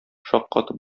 шаккатып